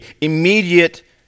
immediate